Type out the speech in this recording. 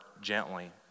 gently